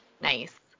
nice